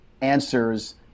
answers